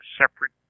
separate